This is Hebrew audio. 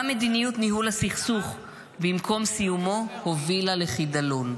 גם מדיניות ניהול הסכסוך במקום סיומו הובילה לחידלון.